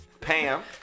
Pam